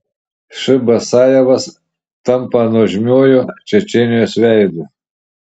š basajevas tampa nuožmiuoju čečėnijos veidu